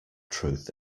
truth